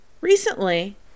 Recently